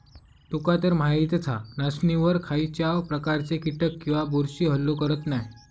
तुकातर माहीतच हा, नाचणीवर खायच्याव प्रकारचे कीटक किंवा बुरशी हल्लो करत नाय